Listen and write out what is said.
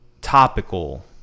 topical